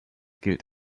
gilt